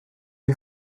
you